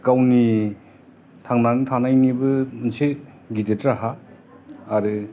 गावनि थांनानै थानायनिबो मोनसे गिदिर राहा आरो